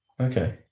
okay